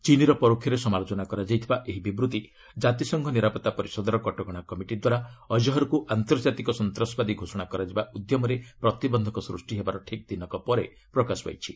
ଚୀନ୍ର ପରୋକ୍ଷରେ ସମାଲୋଚନା କରାଯାଇଥିବା ଏହି ବିବୃତ୍ତି କାତିସଂଘ ନିରାପତ୍ତା ପରିଷଦର କଟକଣା କମିଟି ଦ୍ୱାରା ଅଜହରକୁ ଆନ୍ତର୍ଜାତିକ ସନ୍ତାସବାଦୀ ଘୋଷଣା କରାଯିବା ଉଦ୍ୟମରେ ପ୍ରତିବନ୍ଧକ ସୃଷ୍ଟି ହେବାର ଦିନକ ପରେ ପ୍ରକାଶ ପାଇଛି